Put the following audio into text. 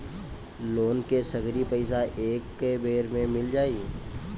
Loan के सगरी पइसा एके बेर में मिल जाई?